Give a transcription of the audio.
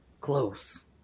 close